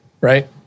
right